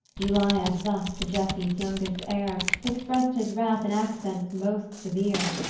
eliab thus to jesse's youngest heir, express'd his wrath in accents most severe.